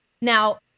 Now